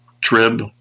trib